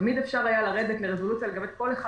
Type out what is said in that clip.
תמיד אפשר היה לרדת לרזולוציה לגבי כל אחד